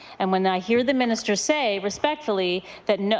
and when i hear the minister say respectfully, that